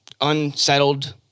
unsettled